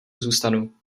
zůstanu